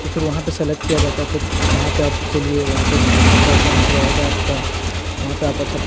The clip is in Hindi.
तो फिर वहाँ पर सलेक्ट किया जाता है फिर वहाँ पर आप खेलिए वहाँ पर अच्छा परफॉर्मेंस रहेगा आपका वहाँ पर आप अच्छा